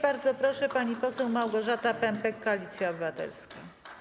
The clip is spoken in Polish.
Bardzo proszę, pani poseł Małgorzata Pępek, Koalicja Obywatelska.